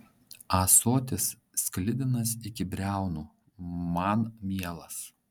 ąsotis sklidinas iki briaunų man mielas